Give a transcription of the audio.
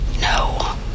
No